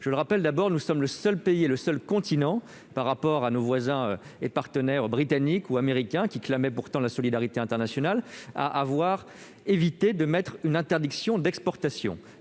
je le rappelle, nous sommes le seul pays et le seul continent, par rapport à nos voisins et partenaires britannique ou américain, qui clamaient pourtant la solidarité internationale, à ne pas avoir prévu d'interdiction d'exportation.